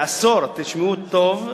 בעשור, תשמעו טוב,